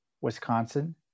Wisconsin